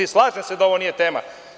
Slažem se da to nije tema.